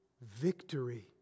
Victory